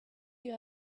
you